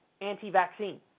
anti-vaccine